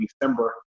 december